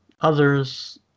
others